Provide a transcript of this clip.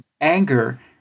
anger